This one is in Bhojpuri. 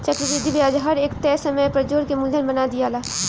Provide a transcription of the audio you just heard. चक्रविधि ब्याज हर एक तय समय पर जोड़ के मूलधन बना दियाला